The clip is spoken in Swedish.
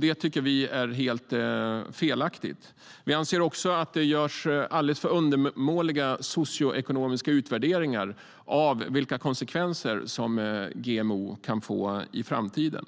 Vi tycker att det är helt felaktigt. Vi anser också att det görs alldeles för undermåliga socioekonomiska utvärderingar av vilka konsekvenser GMO kan få i framtiden.